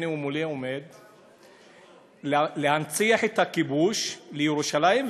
הנה, הוא עומד מולי, להנציח את הכיבוש של ירושלים.